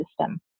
system